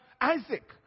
Isaac